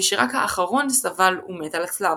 ושרק האחרון סבל ומת על הצלב.